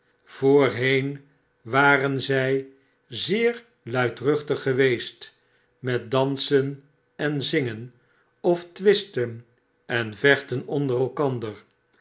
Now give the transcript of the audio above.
voorheen waren zeer luidruchtig geweest met dansen en zingen of twisten en vechten onder elkander